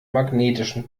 magnetischen